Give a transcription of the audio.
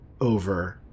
over